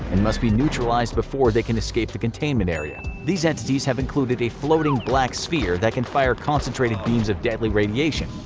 and must be neutralized before they can escape the containment area. these entities have included a floating, black sphere that can fire concentrated beams of deadly radiation,